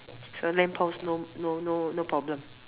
so lamp post no no no no problem